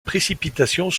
précipitations